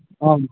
అవును